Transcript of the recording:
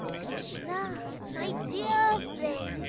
krishna, my dear,